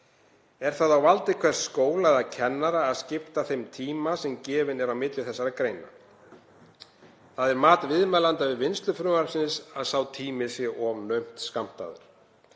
Er það á valdi hvers skóla eða kennara að skipta þeim tíma sem gefinn er á milli þessara greina. Það er mat viðmælenda við vinnslu frumvarpsins að sá tími sé of naumt skammtaður.